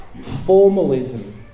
Formalism